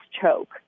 choke